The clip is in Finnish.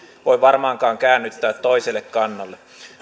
voi varmaankaan käännyttää toiselle kannalle